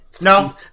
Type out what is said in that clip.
No